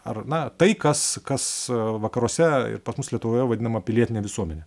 ar na tai kas kas vakaruose ir pas mus lietuvoje vadinama pilietine visuomene